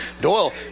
Doyle